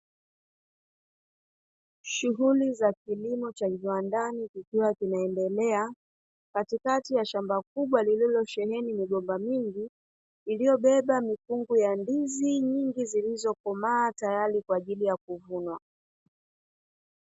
Shughuli za kilimo cha viwandani kikiwa kinaendelea, katikati ya shamba kubwa lililosheheni migomba mingi iliyobeba mikungu ya ndizi nyingi zilizokomaa kwa ajili ya kuvunwa.